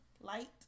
Light